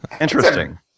Interesting